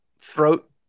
throat